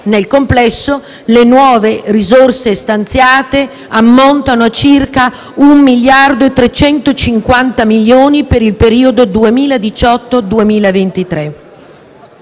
Nel complesso, le nuove risorse stanziate ammontano a circa 1,35 miliardi per il periodo 2018-2023.